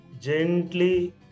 gently